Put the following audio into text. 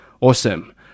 awesome